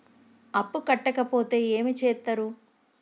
అప్పు కట్టకపోతే ఏమి చేత్తరు?